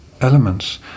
elements